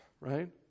right